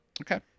Okay